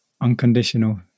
Unconditional